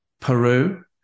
Peru